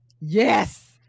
Yes